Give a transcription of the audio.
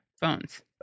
phones